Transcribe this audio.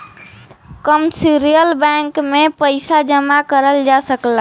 commercial bank में पइसा जमा करल जा सकला